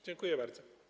Dziękuję bardzo.